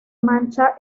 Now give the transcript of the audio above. mancha